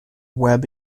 webb